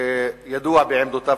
ידוע בעמדותיו.